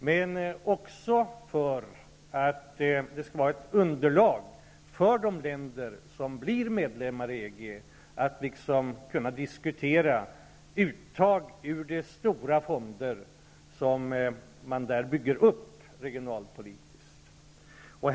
Men detta skall också vara ett underlag för de länder som blir medlemmar i EG utifrån vilket de kan diskutera uttag ur de stora fonder som man där bygger upp för regionalpolitiken.